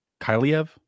Kyliev